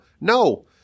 No